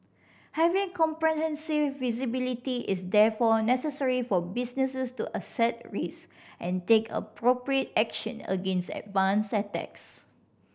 having comprehensive visibility is therefore necessary for businesses to assess risk and take appropriate action against advanced attacks